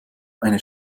eine